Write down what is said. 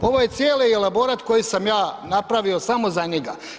Ovo je cijeli elaborat koji sam ja napravio samo za njega.